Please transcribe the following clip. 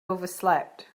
overslept